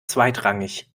zweitrangig